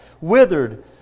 withered